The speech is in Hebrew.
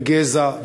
גזע,